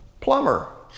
plumber